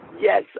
Yes